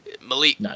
Malik